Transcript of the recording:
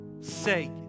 say